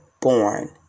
born